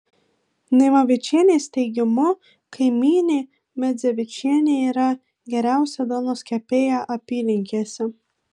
naimavičienės teigimu kaimynė medzevičienė yra geriausia duonos kepėja apylinkėse